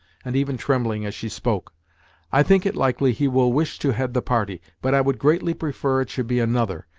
and even trembling as she spoke i think it likely he will wish to head the party, but i would greatly prefer it should be another.